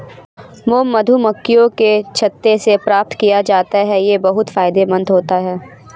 mom मधुमक्खियों के छत्ते से प्राप्त किया जाता है यह बहुत फायदेमंद होता है